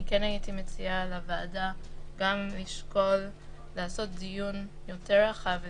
אני כן הייתי מציעה לוועדה גם לשקול לעשות דיון יותר רחב,